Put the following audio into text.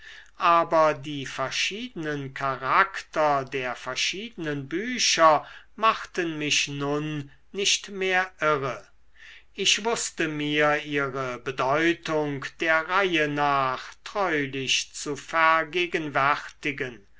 aber die verschiedenen charakter der verschiedenen bücher machten mich nun nicht mehr irre ich wußte mir ihre bedeutung der reihe nach treulich zu vergegenwärtigen